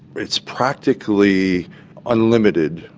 it's practically unlimited,